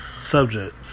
subject